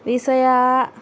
விசையா